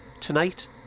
Tonight